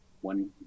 one